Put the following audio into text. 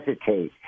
hesitate